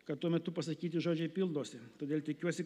kad tuo metu pasakyti žodžiai pildosi todėl tikiuosi